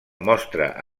mostra